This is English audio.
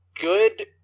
good